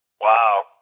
Wow